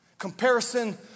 Comparison